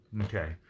Okay